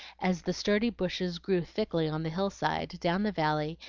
as the sturdy bushes grew thickly on the hill-side, down the valley,